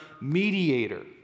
mediator